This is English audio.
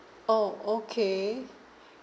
oh okay